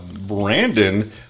Brandon